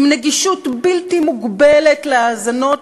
עם נגישות בלתי מוגבלת להאזנות